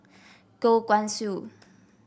Goh Guan Siew